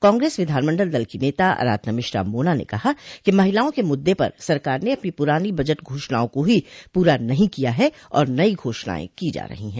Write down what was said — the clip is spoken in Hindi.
कांग्रेस विधानमंडल दल की नेता आराधना मिश्रा मोना ने कहा कि महिलाओं क मुद्द पर सरकार ने अपनी पुरानी बजट घोषणाओं को ही पूरा नहीं किया है और नई घोषणाएं की जा रही है